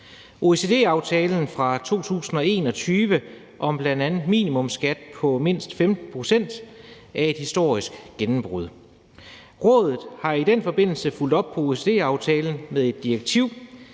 OECD-aftalen fra 2021 om bl.a. en minimumsskat på 15 pct. er et historisk gennembrud. Rådet har i den forbindelse fulgt op på OECD-aftalen med et direktiv.